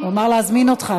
הוא אמר להזמין אותך.